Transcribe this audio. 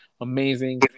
amazing